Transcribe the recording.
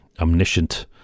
omniscient